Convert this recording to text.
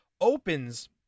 opens